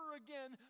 again